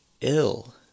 ill